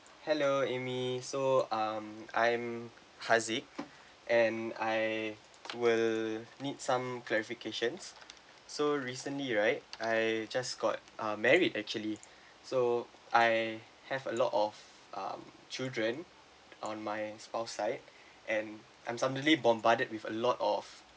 hello amy so um I'm harzik and I will need some clarifications so recently right I just got uh married actually so I have a lot of um children on my spouse side and I'm suddenly bombarded with a lot of